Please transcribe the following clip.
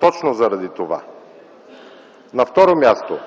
точно заради това. На второ място,